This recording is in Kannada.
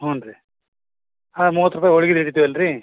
ಹ್ಞೂ ರೀ ಹಾಂ ಮೂವತ್ತು ರೂಪಾಯಿ ಹೋಳಿಗೆದು ಹಿಡಿತೀವಲ್ಲ ರಿ